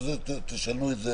את זה תשאלו את זה